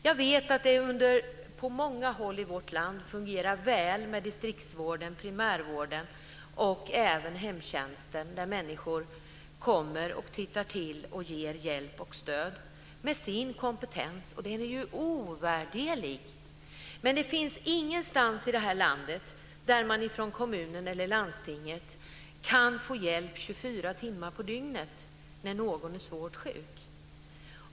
Jag vet att det på många håll i vårt land fungerar väl med distriktsvården, primärvården och hemtjänsten, där människor kommer och tittar till och ger hjälp och stöd med sin kompetens, och den är ju ovärderlig. Men det finns inget ställe i det här landet där man från kommunen eller landstinget kan få hjälp 24 timmar om dygnet när någon är svårt sjuk.